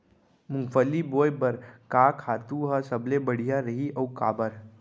मूंगफली बोए बर का खातू ह सबले बढ़िया रही, अऊ काबर?